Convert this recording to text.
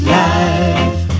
life